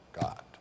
God